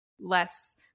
less